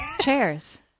chairs